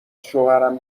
شوهرم